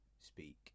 speak